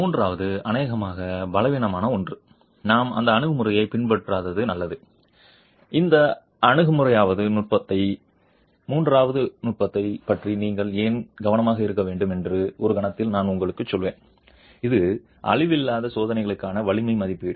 மூன்றாவது அநேகமாக பலவீனமான ஒன்று நாம் அந்த அணுகுமுறையை பின்பற்றாதது நல்லது அந்த மூன்றாவது நுட்பத்தைப் பற்றி நீங்கள் ஏன் கவனமாக இருக்க வேண்டும் என்று ஒரு கணத்தில் நான் உங்களுக்குச் சொல்வேன் இது அழிவில்லாத சோதனைக்கான வலிமை மதிப்பீடு